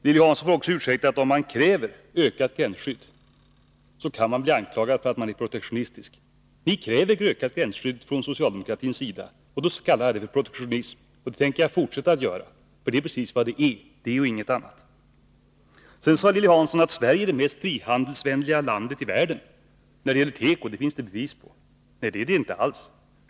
Lilly Hansson får ursäkta mig, men om man kräver ökat gränsskydd kan man också bli anklagad för att man är protektionistisk. Ni kräver från socialdemokratins sida ett ökat gränsskydd. Det kallar jag protektionism, och det tänker jag fortsätta göra. Det är precis vad det är — det och ingenting annat! Sedan sade Lilly Hansson att Sverige är det mest frihandelsvänliga landet i världen på tekoområdet och att det finns bevis för det. Det är det inte alls!